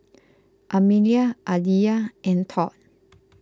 Amelia Aleah and Todd